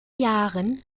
jahren